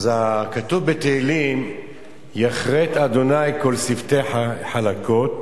כתוב בתהילים: "יכרת ה' כל שפתי חלקות